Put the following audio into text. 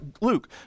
Luke